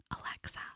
Alexa